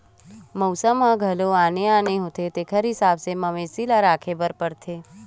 मउसम ह घलो आने आने होथे तेखर हिसाब ले मवेशी ल राखे बर परथे